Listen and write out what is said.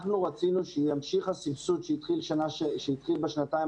אנחנו רצינו שימשיך הסבסוד שהתחיל בשנתיים